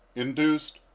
induced,